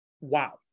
wow